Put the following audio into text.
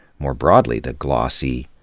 more broadly, the glossy,